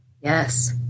Yes